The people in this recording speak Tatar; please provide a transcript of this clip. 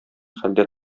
хәлдә